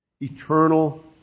Eternal